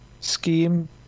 scheme